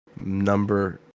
number